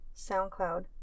SoundCloud